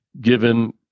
given